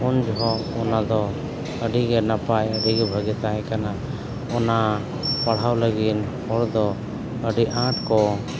ᱩᱱ ᱡᱚᱦᱚᱜ ᱚᱱᱟ ᱫᱚ ᱟᱹᱰᱤᱜᱮ ᱱᱟᱯᱟᱭ ᱟᱹᱰᱤᱜᱮ ᱵᱷᱟᱜᱮ ᱛᱟᱦᱮᱸ ᱠᱟᱱᱟ ᱚᱱᱟ ᱯᱟᱲᱦᱟᱣ ᱞᱟᱹᱜᱤᱫ ᱦᱚᱲ ᱫᱚ ᱟᱹᱰᱤ ᱟᱸᱴ ᱠᱚ